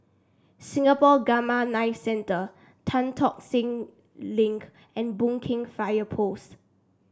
Singapore Gamma Knife Centre Tan Tock Seng Link and Boon Keng Fire Post